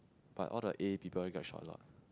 but all the A people get shot a lot